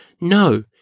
No